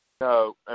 No